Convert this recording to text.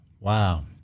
Wow